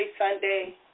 Sunday